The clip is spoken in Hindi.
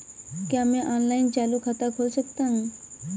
क्या मैं ऑनलाइन चालू खाता खोल सकता हूँ?